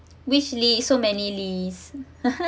which lee so many lee's